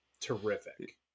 terrific